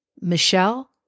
Michelle